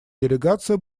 делегация